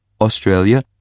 Australia